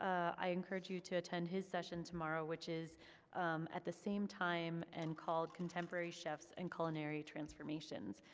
i encourage you to attend his session tomorrow which is at the same time, and called contemporary chefs and culinary transformations.